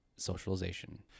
Socialization